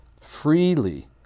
freely